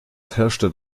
herrschte